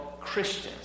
Christians